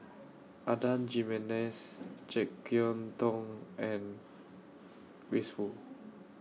Adan Jimenez Jek Yeun Thong and Grace Fu